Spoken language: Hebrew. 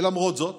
למרות זאת